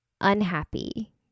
unhappy